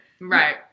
Right